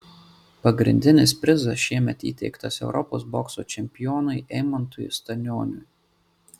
pagrindinis prizas šiemet įteiktas europos bokso čempionui eimantui stanioniui